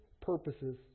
purposes